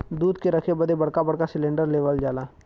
दूध के रखे बदे बड़का बड़का सिलेन्डर लेवल जाला